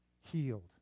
healed